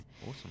Awesome